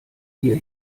ihr